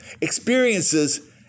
experiences